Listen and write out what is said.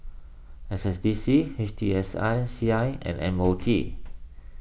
S S D C H T S I C I and M O T